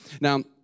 Now